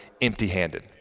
empty-handed